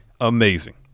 amazing